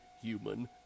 human